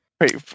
Wait